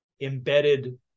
embedded